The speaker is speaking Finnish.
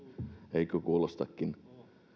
eikö kuulostakin